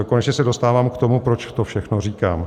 Konečně se dostávám k tomu, proč to všechno říkám.